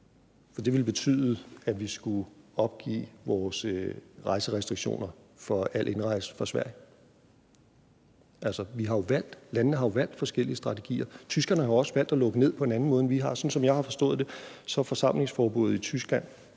for det ville betyde, at vi skulle opgive vores rejserestriktioner for al indrejse fra Sverige. Altså, vi har jo valgt, landene har jo valgt forskellige strategier. Tyskerne har jo også valgt at lukke ned på en anden måde, end vi har. Sådan som jeg har forstået det, er forsamlingsforbuddet i Tyskland